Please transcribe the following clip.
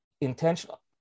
intentional